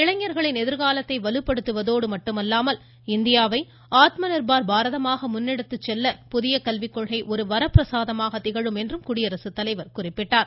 இளைஞர்களின் எதிர்காலத்தை வலுப்படுத்துவதோடு மட்டுமல்லாமல் இந்தியாவை ஆத்ம நிர்பார் பாரதமாக முன்னெடுத்து செல்ல புதிய கல்விக்கொள்கை ஒரு வரப்பிரசாதமாக திகழும் என்றும் குடியரசுத்தலைவர் கூறினார்